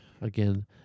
again